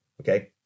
Okay